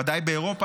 ודאי באירופה,